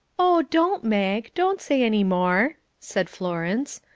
oh, don't mag! don't say any more, said florence.